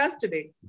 today